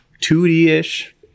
2D-ish